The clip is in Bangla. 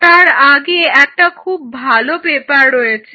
তার আগে একটা খুব ভালো পেপার রয়েছে